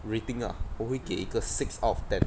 rating ah 我会给一个 six out of ten